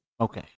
Okay